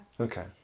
Okay